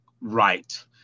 right